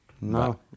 No